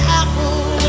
apple